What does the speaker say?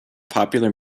popular